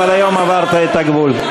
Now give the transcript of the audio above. אבל היום עברת את הגבול.